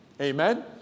Amen